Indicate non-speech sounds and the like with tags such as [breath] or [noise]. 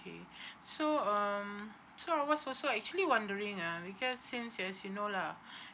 K so um so I was also actually wondering ah because since you as you know lah [breath]